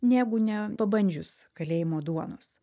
negu nepabandžius kalėjimo duonos